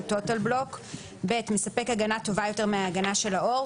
"Total Block"; (ב) מספק הגנה טובה יותר מההגנה של העור,